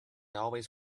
always